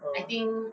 uh